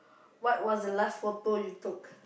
what was the last photo you took